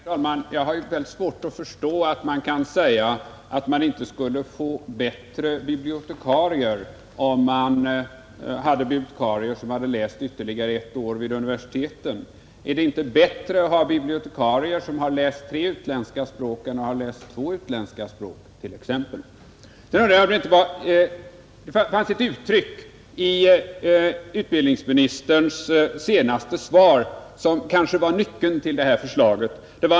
Herr talman! Jag har väldigt svårt att förstå att man kan säga att man inte skulle få bättre bibliotekarier om de hade läst ytterligare ett år vid universitet. Är det inte bättre att ha bibliotekarier som har läst tre utländska språk än sådana som har läst två utländska språk t.ex.? Det fanns ett uttryck i utbildningsministerns senaste inlägg som kanske var nyckeln till det här förslaget.